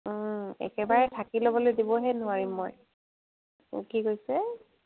একেবাৰে থাকি ল'বলৈ দিবহে নোৱাৰিম মই কি কৈছে